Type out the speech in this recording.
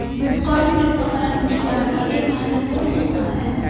bitcoin cryptocurrency का ही एक महत्वपूर्ण हिस्सा है